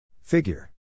Figure